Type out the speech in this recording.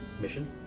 mission